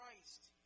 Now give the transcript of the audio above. Christ